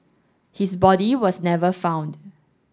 his body was never found